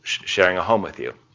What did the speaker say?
sharing a home with you.